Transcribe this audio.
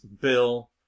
bill